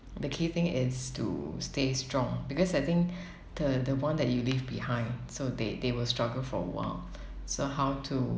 the key thing is to stay strong because I think the the one that you leave behind so they they will struggle for a while so how do